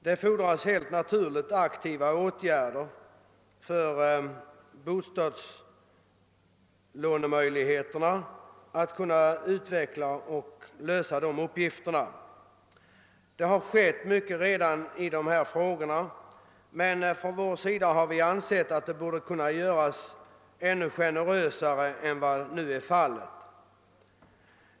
Det fordras helt naturligt förbättrade bostadslånemöjligheter för att lösa dessa uppgifter. Mycket har redan skett i dessa frågor, men vi anser att ännu generösare åtgärder borde kunna vidtagas.